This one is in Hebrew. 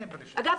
אגב,